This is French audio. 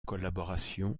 collaboration